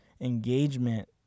engagement